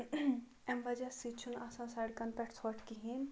امہ وَجہ سۭتۍ چھُنہٕ آسان سَڑکَن پیٚٹھ ژھوٚٹھ کِہیٖنۍ